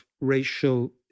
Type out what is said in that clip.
racial